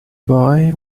boy